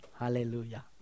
hallelujah